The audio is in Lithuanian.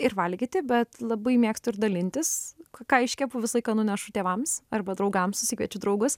ir valgyti bet labai mėgstu ir dalintis k ką iškepu visą laiką nunešu tėvams arba draugams susikviečiu draugus